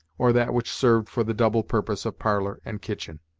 or that which served for the double purpose of parlour and kitchen.